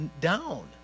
down